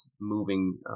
moving